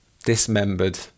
dismembered